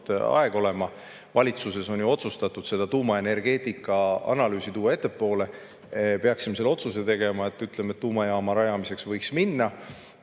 aeg olema, valitsuses on ju otsustatud see tuumaenergeetika analüüs tuua ettepoole – peaksime selle otsuse tegema ja ütlema, et tuumajaama rajamiseks võib minna,